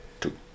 Two